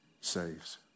saves